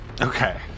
Okay